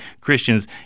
Christians